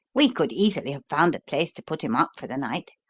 we could easily have found a place to put him up for the night.